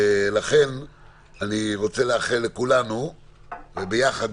לכן אני רוצה לאחל לכולנו שיחד,